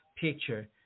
picture